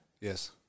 Yes